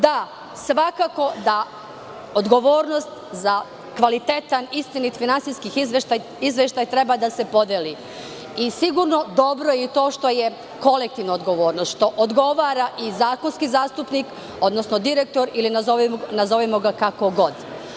Da, svakako da odgovornost za kvalitetan, istinit finansijski izveštaj treba da se podeli, i sigurno dobro je to što je kolektivna odgovornost, što odgovara i zakonski zastupnik, odnosno direktor ili nazovimo ga kako god.